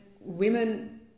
women